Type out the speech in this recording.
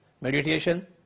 Meditation